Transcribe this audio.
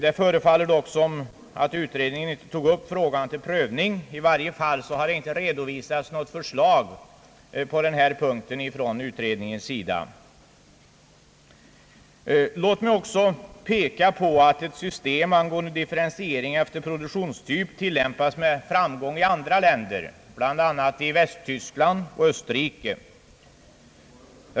Det förefaller dock som om utredningen inte tagit upp frågan till prövning — i varje fall redovisades inte något förslag på denna punkt från utredningen. Låt mig också peka på att ett system för differentiering efter produktionstyp med framgång tillämpas i andra länder, bl.a. Västtyskland och Österrike.